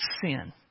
sin